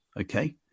Okay